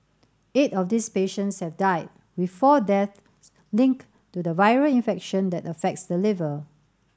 eight of these patients have died with four deaths linked to the viral infection that affects the liver